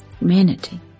Humanity